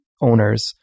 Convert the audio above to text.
owners